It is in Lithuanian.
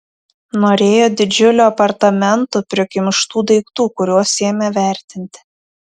norėjo didžiulių apartamentų prikimštų daiktų kuriuos ėmė vertinti